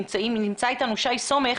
ונמצא אתנו שי סומך.